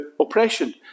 oppression